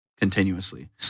continuously